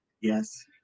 Yes